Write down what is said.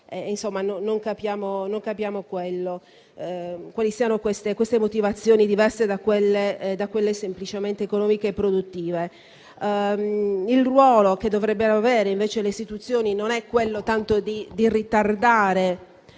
Non capiamo quali siano queste motivazioni diverse da quelle semplicemente economiche e produttive. Il ruolo che dovrebbero avere invece le istituzioni non è tanto ritardare